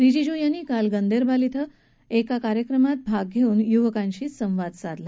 रिजिजू यांनी काल गंदेरबल इथं आयोजित एका कार्यक्रमात भाग घेऊन युवकांशी संवाद साधला